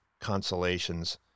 consolations